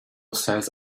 says